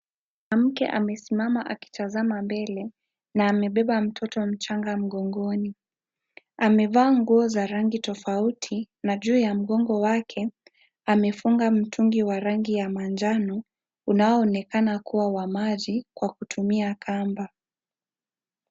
Mwanamke amesimama akitazama mbele na amebeba mtoto mchanga mgongoni. Amevaa nguo za rangi tofauti na juu ya mgongo wake amefunga mtungi wa rangi ya manjano unaoonekana kuwa wa maji kwa kutumia kamba.